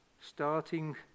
starting